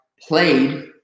played